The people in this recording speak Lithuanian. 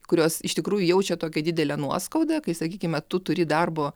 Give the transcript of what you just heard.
kurios iš tikrųjų jaučia tokią didelę nuoskaudą kai sakykime tu turi darbo